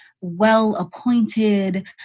well-appointed